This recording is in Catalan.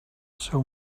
seu